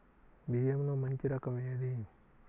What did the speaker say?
బియ్యంలో మంచి రకం ఏది?